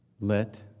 let